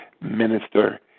minister